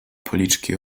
policzki